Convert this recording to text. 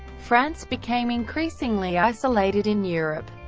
france became increasingly isolated in europe.